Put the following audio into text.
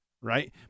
Right